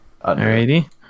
Alrighty